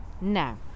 now